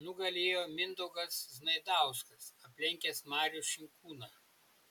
nugalėjo mindaugas znaidauskas aplenkęs marių šinkūną